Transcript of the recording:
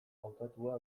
hautatua